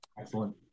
Excellent